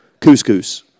Couscous